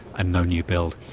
and no new build.